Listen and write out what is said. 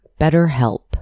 BetterHelp